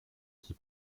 qui